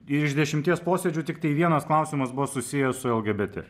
iš dešimties posėdžių tiktai vienas klausimas buvo susijęs su lgbt